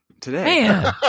today